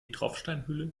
tropfsteinhöhle